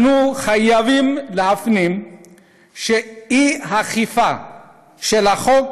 אנו חייבים להפנים שאי-אכיפה של החוק